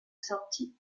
sortie